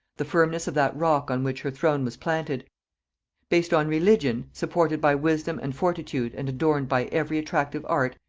the firmness of that rock on which her throne was planted based on religion, supported by wisdom and fortitude and adorned by every attractive art,